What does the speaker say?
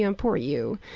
ah and poor you.